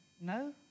no